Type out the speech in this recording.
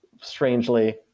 strangely